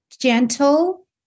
gentle